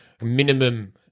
minimum